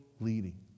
leading